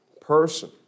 person